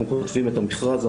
אנחנו כותבים את המכרז,